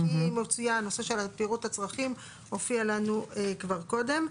כי הנושא של פירוט הצרכים מופיע לנו כבר קודם.